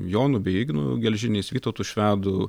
jonu beje ignu gelžiniais vytautu švedu